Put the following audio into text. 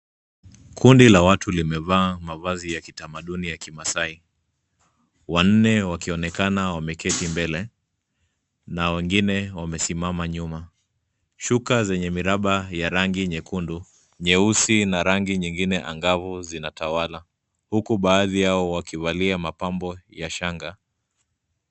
Kundi la watu limevaa mavazi ya kitamaduni la kimasai, wanne wakionekana wameketi mbele na wengine wamesimama nyuma. Shuka zenye miraba ya rangi nyekundu, nyeusi na rangi nyingine angavu zinatawala huku baadhi yao wakivalia mapambo ya shanga.